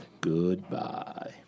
Goodbye